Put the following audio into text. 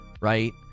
right